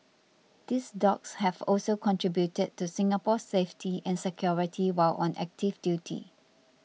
these dogs have also contributed to Singapore's safety and security while on active duty